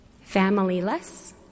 Family-less